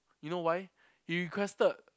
you know why he requested